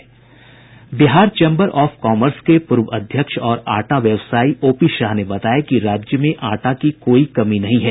इधर Bihar chamber of commerce के पूर्व अध्यक्ष और आटा व्यवसायी ओ पी शाह ने बताया कि राज्य में आटा की कोई कमी नहीं है